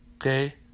okay